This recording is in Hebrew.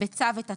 בצו את התוספת,